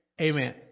Amen